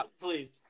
Please